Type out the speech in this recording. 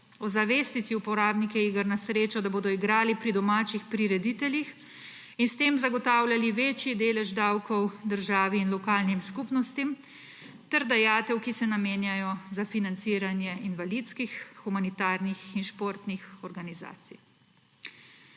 ozavestiti uporabnike iger na srečo, da bodo igrali pri domačih prirediteljih in s tem zagotavljali večji delež davkov državi in lokalnim skupnostim ter dajatev, ki se namenjajo za financiranje invalidskih, humanitarnih in športnih organizacij.